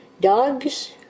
dogs